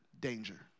danger